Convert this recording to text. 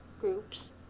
groups